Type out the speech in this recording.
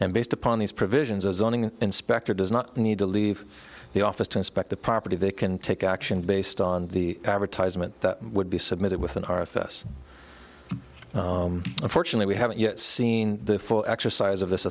and based upon these provisions as zoning inspector does not need to leave the office to inspect the property they can take action based on the advertisement that would be submitted within our if s unfortunately we haven't yet seen the full exercise of this